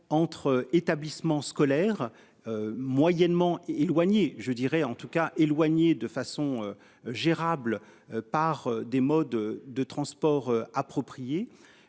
entre établissements scolaires. Moyennement éloignées je dirais en tout cas éloignées de façon gérable par des modes de transport approprié